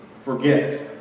forget